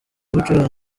gucuranga